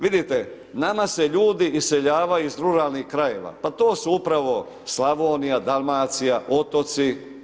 Vidite nama se ljudi iseljavaju iz ruralnih krajeva, pa to su upravo Slavonija, Dalmacija, otoci.